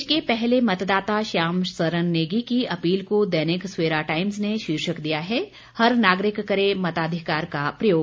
देश के पहले मतदाता श्याम शरण नेगी की अपील को दैनिक सवेरा टाइम्स ने शीर्षक दिया है हर नागरिक करे मताधिकार का प्रयोग